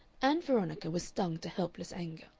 ann veronica was stung to helpless anger.